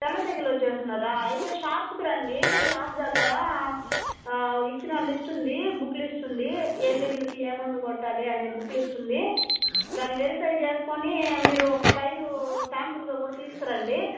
తెల్ల తెగులొచ్చేసుందా అయితే షాప్కి రండి షాప్ దగ్గర ఇచ్చిన లిస్ట్ ఉంది బుక్ లిస్టు ఉంది ఏ తెగులుకి ఏ మందు కొట్టాలి అనే బుక్ లిస్టు ఉంది దాన్ని వెరిఫై చేసుకుని మీరు ఒక పైరు శాంపుల్గా కూడా తీసుకురండి